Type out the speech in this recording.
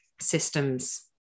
systems